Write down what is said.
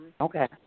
okay